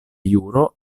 juro